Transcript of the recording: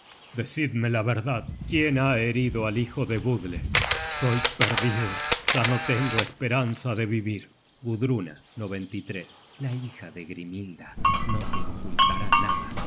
decidme la verdad quién ha herido al hijo de budle soy perdido ya no tengo esperanza de vivir gudruna la hija de grimhilda no te ocultará nada